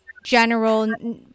general